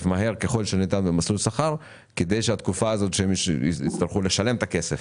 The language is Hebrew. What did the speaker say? מהר ככל שניתן במסלול שכר כדי שהתקופה הזאת שהם יצטרכו לשלם את הכסף